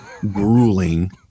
grueling